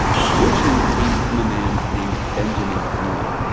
the solution came from a man named benjamin mead.